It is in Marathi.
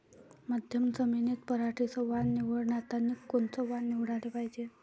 मध्यम जमीनीत पराटीचं वान निवडतानी कोनचं वान निवडाले पायजे?